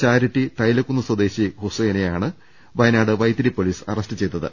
charity തൈലകുന്ന് സ്വദേശി ഹുസൈനെ യാണ് വൈത്തിരി പൊലീസ് അറസ്റ്റ് ചെയ്തത്